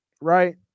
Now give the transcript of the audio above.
right